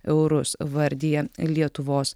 eurus vardija lietuvos